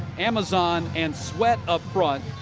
amazan and sweat up front.